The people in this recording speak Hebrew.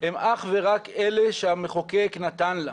הן אך ורק אלה שהמחוקק נתן לה,